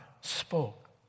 spoke